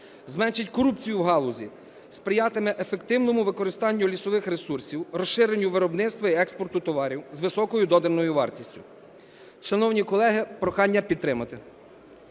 зменшить корупцію у галузі, сприятиме ефективному використанню лісових ресурсів, розширенню виробництва і експорту товарів з високою доданою вартістю. Шановні колеги, прохання підтримати.